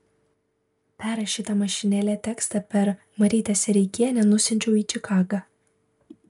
perrašytą mašinėle tekstą per marytę sereikienę nusiunčiau į čikagą